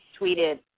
tweeted